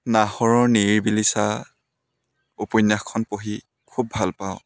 নাহৰৰ নিৰিবিলি চাঁ উপন্যাসখন পঢ়ি খুব ভাল পাওঁ